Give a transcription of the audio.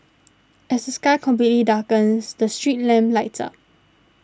as the sky completely darkens the street lamp lights up